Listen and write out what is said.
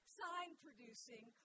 sign-producing